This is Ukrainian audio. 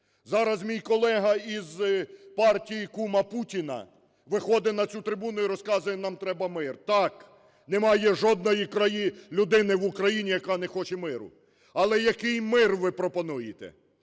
Зараз мій колега із партії кума Путіна виходе на цю трибуну і розказує: нам треба мир. Так немає жодної людини в Україні, яка не хоче миру. Але який мир ви пропонуєте?